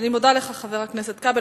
אני מודה לך, חבר הכנסת כבל.